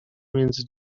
między